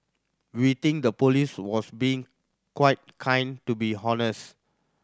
we think the police was being quite kind to be honest